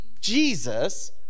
Jesus